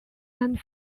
and